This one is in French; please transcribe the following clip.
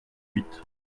huit